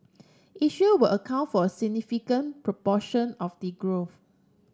Asia will account for significant proportion of the growth